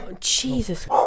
Jesus